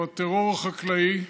או הטרור החקלאי.